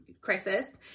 crisis